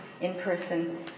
in-person